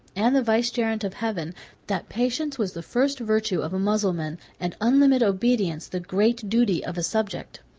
and the vicegerent of heaven that patience was the first virtue of a mussulman, and unlimited obedience the great duty of a subject.